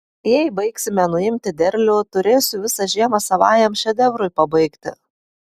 jei baigsime nuimti derlių turėsiu visą žiemą savajam šedevrui pabaigti